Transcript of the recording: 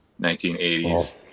1980s